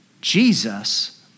Jesus